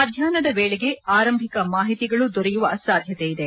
ಮಧ್ಡಾಹ್ನದ ವೇಳೆಗೆ ಆರಂಭಿಕ ಮಾಹಿತಿಗಳು ದೊರೆಯುವ ಸಾಧ್ಯತೆ ಇದೆ